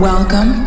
Welcome